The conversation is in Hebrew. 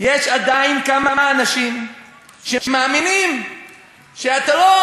יש עדיין כמה אנשים שמאמינים שהטרור,